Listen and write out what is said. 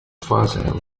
father